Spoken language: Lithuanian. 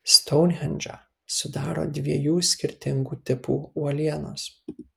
stounhendžą sudaro dviejų skirtingų tipų uolienos